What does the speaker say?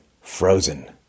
Frozen